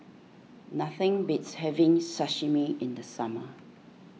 nothing beats having Sashimi in the summer